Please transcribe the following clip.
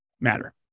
matter